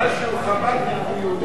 משום שהוא חב"דניק הוא יהודי,